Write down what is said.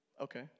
Okay